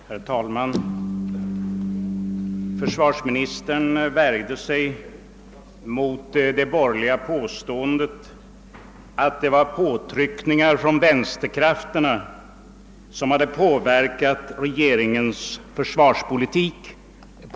Herr talman! Försvarsministern värjde sig mot det borgerliga påståendet att det var påtryckningar från vänsterkrafterna och från kommunisterna som hade påverkat regeringens försvarspolitik.